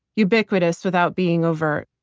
ubiquitous without being overt.